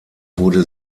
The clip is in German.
wurde